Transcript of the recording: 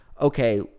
okay